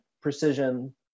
precision